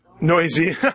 Noisy